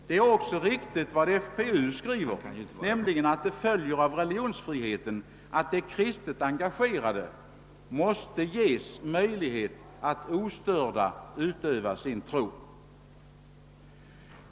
Det är också riktigt vad FPU skriver, nämligen att det följer av religionsfriheten att de kristet engagerade måste ges möjlighet att ostörda utöva sin tro.